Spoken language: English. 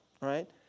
right